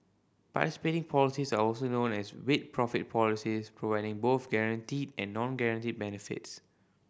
participating policies are also known as 'with profits' policies providing both guaranteed and non guaranteed benefits